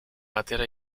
batera